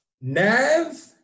Nav